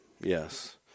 Yes